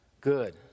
good